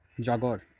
Jaguar